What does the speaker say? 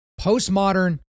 postmodern